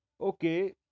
Okay